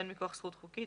בין מכוח זכות חוקית